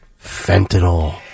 Fentanyl